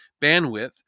bandwidth